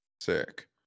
sick